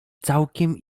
całkiem